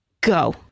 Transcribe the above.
Go